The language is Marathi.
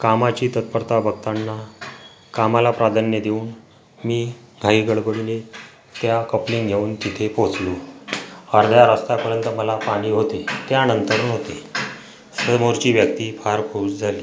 कामाची तत्परता बघताना कामाला प्राधान्य देऊन मी घाईगडबडीने त्या कप्लिंग घेऊन तिथे पोचलो अर्ध्या रस्त्यापर्यंत मला पाणी होते त्यानंतर नव्हते समोरची व्यक्ती फार खूश झाली